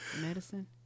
medicine